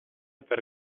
per